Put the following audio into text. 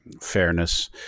fairness